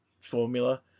formula